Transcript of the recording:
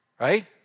right